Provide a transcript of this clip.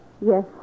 Yes